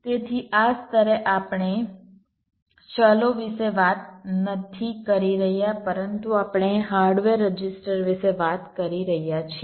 તેથી આ સ્તરે આપણે ચલો વિશે વાત નથી કરી રહ્યા પરંતુ આપણે હાર્ડવેર રજીસ્ટર વિશે વાત કરી રહ્યા છીએ